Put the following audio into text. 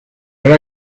hora